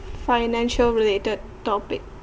financial related topic